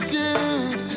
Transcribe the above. good